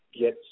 Get